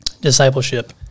discipleship